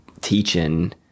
teaching